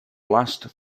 last